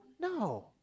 No